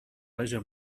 vaja